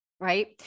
right